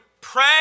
pray